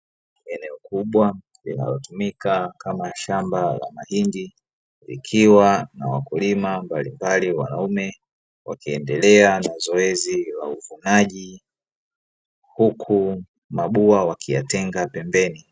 Eneo kubwa linalotumika kama shamba la mahindi likiwa na wakulima mbalimbali wanaume wakiendelea na zoezi la uvunaji huku mabua wakiyatenga pembeni.